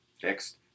fixed